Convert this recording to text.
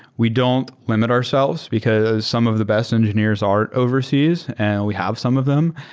we don't limit ourselves, because some of the best engineers are overseas and we have some of them,